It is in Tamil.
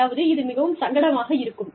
அதாவது இது மிகவும் சங்கடமாக இருக்கும்